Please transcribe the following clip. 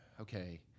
okay